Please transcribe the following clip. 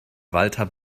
walter